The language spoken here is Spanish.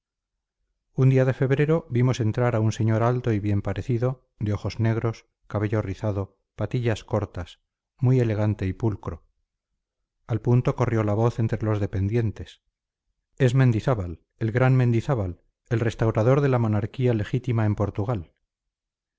un día de febrero vimos entrar a un señor alto y bien parecido de ojos negros cabello rizado patillas cortas muy elegante y pulcro al punto corrió la voz entre los dependientes es mendizábal el gran mendizábal el restaurador de la monarquía legítima en portugal